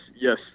yes